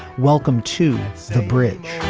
welcome to the brit.